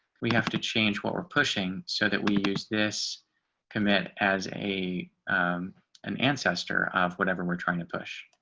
we have to change what we're pushing so that we use this commit as a an ancestor of whatever we're trying to push